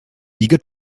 eager